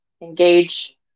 engage